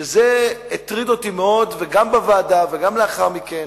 וזה הטריד אותי מאוד, גם בוועדה וגם לאחר מכן: